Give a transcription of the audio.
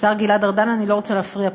השר גלעד ארדן, אני לא רוצה להפריע פשוט.